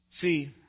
See